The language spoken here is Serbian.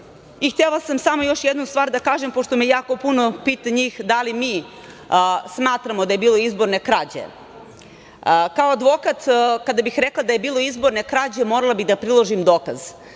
sam samo još jednu stvar da kažem, pošto me jako puno njih pita da li mi smatramo da je bilo izborne krađe. Kao advokat, kada bih rekla da je bilo izborne krađe, morala bih da priložim dokaz.